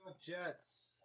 Jets